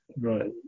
right